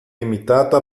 limitata